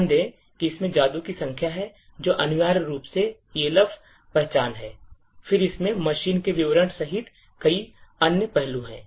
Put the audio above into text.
ध्यान दें कि इसमें जादू की संख्या है जो अनिवार्य रूप से Elf पहचान है फिर इसमें मशीन के विवरण सहित कई अन्य पहलू हैं